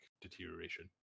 deterioration